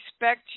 respect